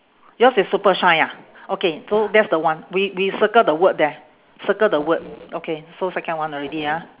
yours is super shine ah okay so that's the one we we circle the word there circle the word okay so second one already ah